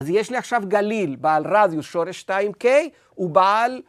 אז יש לי עכשיו גליל, בעל רדיוס שורש 2K ובעל